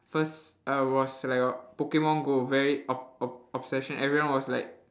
first uh was like uh pokemon go very ob~ ob~ obsession everyone was like